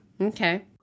Okay